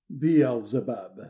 beelzebub